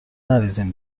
نریزیم